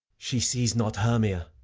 she sees not hermia.